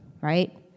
right